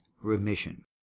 remission